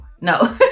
No